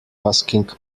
asking